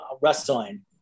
wrestling